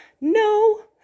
No